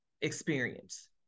experience